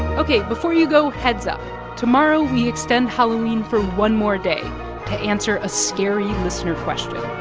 ok. before you go, heads up tomorrow we extend halloween for one more day to answer a scary listener question.